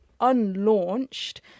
unlaunched